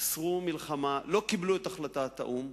אסרו מלחמה, לא קיבלו את החלטת האו"ם,